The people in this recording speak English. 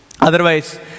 Otherwise